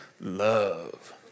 love